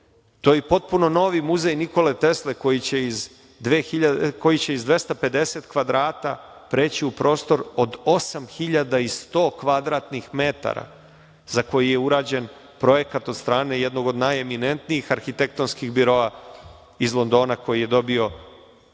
To i potpuno novi Muzej Nikole Tesle koji će iz 250 kvadrata preći u prostor od 8.100 kvadratnih metara za koji je urađen projekat od strane jednog od najeminentnijih arhitektonskih biroa iz Londona koji je dobio